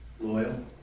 Loyal